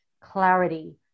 clarity